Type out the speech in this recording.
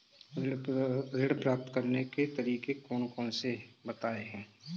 ऋण प्राप्त करने के तरीके कौन कौन से हैं बताएँ?